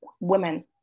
women